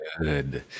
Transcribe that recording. Good